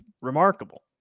remarkable